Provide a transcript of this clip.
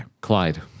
Clyde